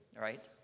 right